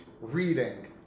reading